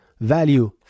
value